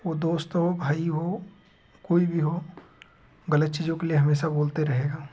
वो दोस्त हो भाई हो कोई भी हो गलत चीज़ों के लिए हमेशा बोलते रहेगा